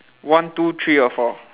one two three or four